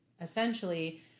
essentially